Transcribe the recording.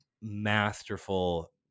masterful